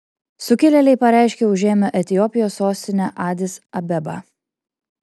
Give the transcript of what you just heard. sukilėliai pareiškė užėmę etiopijos sostinę adis abebą